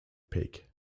peak